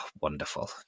wonderful